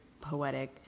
poetic